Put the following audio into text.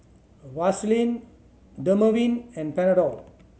Vaselin Dermaveen and Panadol